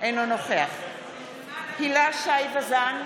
אינו נוכח הילה שי וזאן,